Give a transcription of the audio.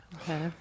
Okay